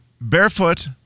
Barefoot